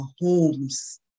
homes